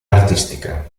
artistica